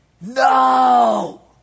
No